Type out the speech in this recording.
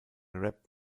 rap